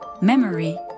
memory